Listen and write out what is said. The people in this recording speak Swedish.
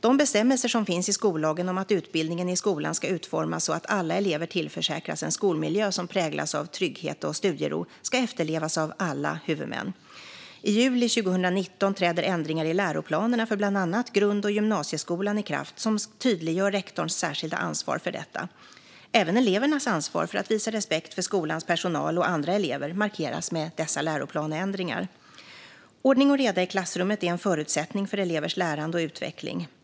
De bestämmelser som finns i skollagen om att utbildningen i skolan ska utformas så att alla elever tillförsäkras en skolmiljö som präglas av trygghet och studiero ska efterlevas av alla huvudmän. I juli 2019 träder ändringar i läroplanerna för bland annat grund och gymnasieskolan i kraft som tydliggör rektorns särskilda ansvar för detta. Även elevernas ansvar för att visa respekt för skolans personal och andra elever markeras med dessa läroplansändringar. Ordning och reda i klassrummet är en förutsättning för elevers lärande och utveckling.